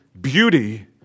beauty